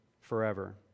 forever